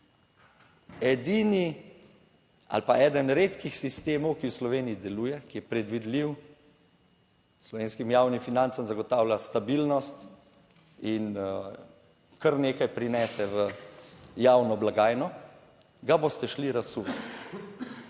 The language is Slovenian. Edini ali pa eden redkih sistemov, ki v Sloveniji deluje, ki je predvidljiv, slovenskim javnim financam zagotavlja stabilnost in kar nekaj prinese v javno blagajno, ga boste šli razsut.